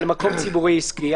על מקום ציבורי עסקי.